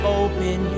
open